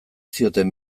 zioten